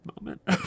moment